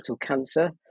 cancer